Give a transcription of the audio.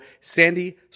Sandy